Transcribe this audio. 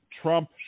Trump